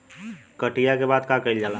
कटिया के बाद का कइल जाला?